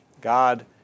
God